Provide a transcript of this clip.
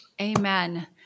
Amen